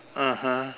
(uh huh)